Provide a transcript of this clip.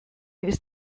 ist